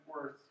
worth